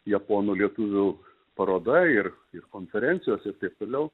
japonų lietuvių paroda ir ir konferencijos ir taip toliau